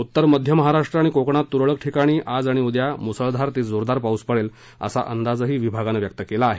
उत्तर मध्य महाराष्ट्र आणि कोकणात तुरळक ठिकाणी आणि उद्या आज मुसळधार ते जोरदार पाऊस पडेल असा अंदाजही विभागानं व्यक्त केला आहे